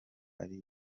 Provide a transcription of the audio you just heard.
ari